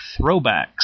throwbacks